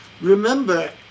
Remember